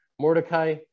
Mordecai